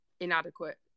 Inadequate